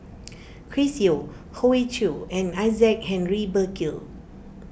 Chris Yeo Hoey Choo and Isaac Henry Burkill